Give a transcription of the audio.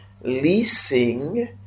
leasing